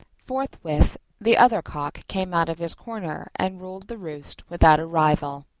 forthwith the other cock came out of his corner and ruled the roost without a rival.